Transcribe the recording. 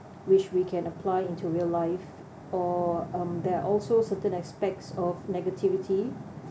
which we can apply into real life or um there are also certain aspects of negativity